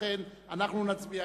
לכן, אנחנו נצביע.